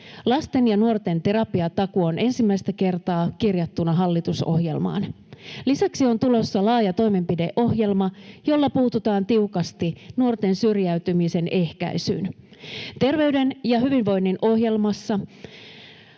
Lasten ja nuorten terapiatakuu on ensimmäistä kertaa kirjattuna hallitusohjelmaan. Lisäksi on tulossa laaja toimenpideohjelma, jolla puututaan tiukasti nuorten syrjäytymisen ehkäisyyn. Terveyden ja hyvinvoinnin ohjelmassa